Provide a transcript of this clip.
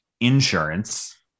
insurance